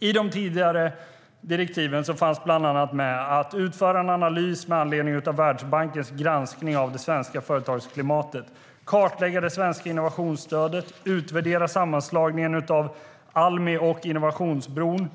I de tidigare direktiven fanns bland annat med att den skulle utföra en analys med anledning av Världsbankens granskning av det svenska företagsklimatet, kartlägga det svenska innovationsstödet, utvärdera sammanslagningen av Almi och Innovationsbron och